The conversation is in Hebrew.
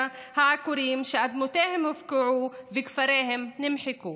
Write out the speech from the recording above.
עקורים שאדמותיהם הופקעו וכפריהם נמחקו.